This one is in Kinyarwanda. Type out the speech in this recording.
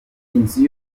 inzu